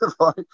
right